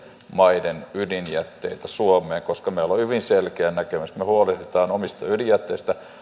maiden ydinjätteitä suomeen koska meillä on hyvin selkeä näkemys että me huolehdimme omista ydinjätteistä